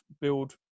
build